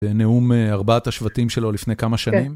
זה נאום ארבעת השבטים שלו לפני כמה שנים.